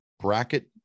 bracket